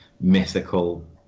mythical